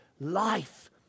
life